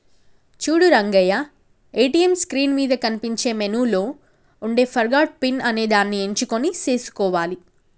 చూడు Rangayya ATM screen మీద కనిపించే మెనూలో ఉండే ఫర్గాట్ పిన్ అనేదాన్ని ఎంచుకొని సేసుకోవాలి